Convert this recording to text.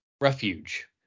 refuge